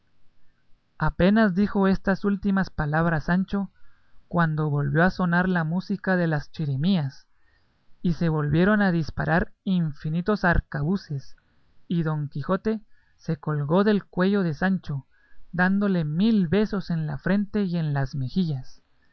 apenas dijo estas últimas palabras sancho cuando volvió a sonar la música de las chirimías y se volvieron a disparar infinitos arcabuces y don quijote se colgó del cuello de sancho dándole mil besos en la frente y en las mejillas